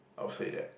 I would say that